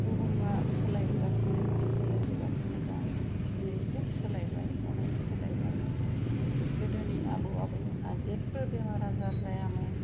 बुहुमा सोलायबोगासिनो दं सोलायबोगासिनो दं दिनैसिम सोलायबाय अनेख सोलायबाय गोदोनि आबै आबौमोनहा जेबो बेमार आजार जायामोन